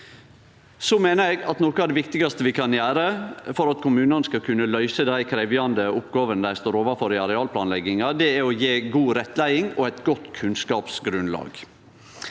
noko av det viktigaste vi kan gjere for at kommunane skal kunne løyse dei krevjande oppgåvene dei står overfor i arealplanlegginga, er å gje god rettleiing og eit godt kunnskapsgrunnlag.